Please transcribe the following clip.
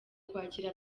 kwakira